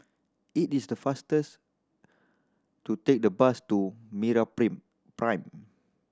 it is the fastest to take the bus to Prime